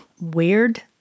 weird